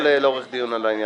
אני לא צרכתי פורנוגרפיה,